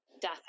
death